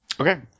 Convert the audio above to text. Okay